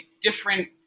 different